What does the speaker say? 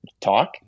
talk